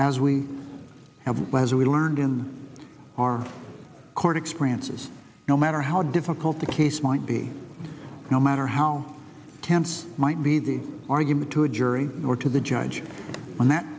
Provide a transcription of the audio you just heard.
as we have well as we learned in our court experiences no matter how difficult the case might be no matter how tense might be the argument to a jury or to the judge in that